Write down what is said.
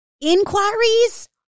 inquiries